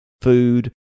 food